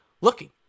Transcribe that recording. looking